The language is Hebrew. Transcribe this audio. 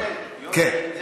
יואל, כן.